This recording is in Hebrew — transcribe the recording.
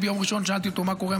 ביום ראשון אני שאלתי אותו מה קורה,